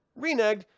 Reneged